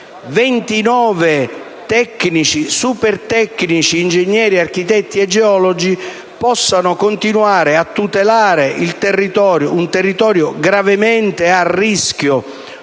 29 supertecnici tra ingegneri, architetti e geologi, possano continuare a tutelare un territorio ogni giorno gravemente a rischio,